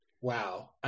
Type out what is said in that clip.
Wow